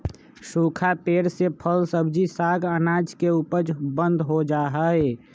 सूखा पेड़ से फल, सब्जी, साग, अनाज के उपज बंद हो जा हई